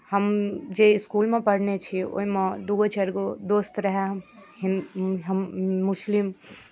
हम जे इसकुलमे पढ़ने छियै ओहिमे दू गो चारि गो दोस्त रहए हिन् म् मुस्लिम